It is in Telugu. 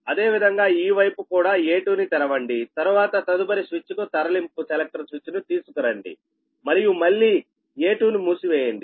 అదే విధముగా ఈ వైపు కూడా A2 ను తెరవండి తరువాత తదుపరి స్విచ్కు తరలింపు సెలెక్టర్ స్విచ్ను తీసుకురండి మరియు మళ్లీ A2 ను మూసివేయండి